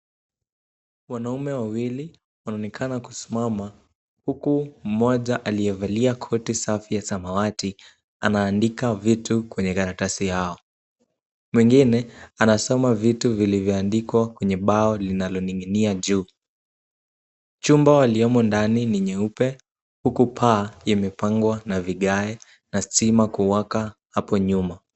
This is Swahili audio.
Wanaume wawili wanaonekana kusimama huku mmoja aliyevalia koti safi ya samawati anaandika vitu kwenye karatasi yao, mwingine anasoma vitu vilivyoandikwa kwenye bao linaloning'inia juu, chumba waliyomo ndani ni nyeupe huku paa imepangwa na vigae na stima kuwaka hapo nyuma.